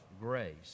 grace